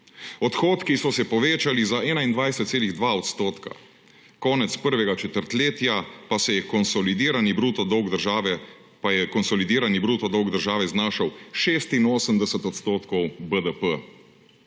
Odhodki so se povečali za 21,2 odstotka, konec prvega četrtletja pa je konsolidirani bruto dolg države znašal 86 odstotkov BDP.